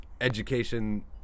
education